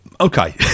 Okay